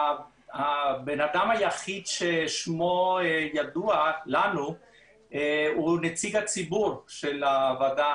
הבן אדם היחיד ששמו ידוע לנו הוא נציג הציבור של הוועדה